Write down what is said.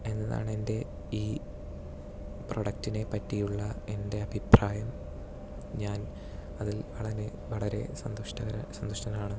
എന്നതാണ് എൻ്റെ ഈ പ്രൊഡക്റ്റിനെ പറ്റിയുള്ള എൻ്റെ അഭിപ്രായം ഞാൻ അതിൽ വളരെ വളരെ സന്തുഷ്ടകര സന്തുഷ്ടനാണ്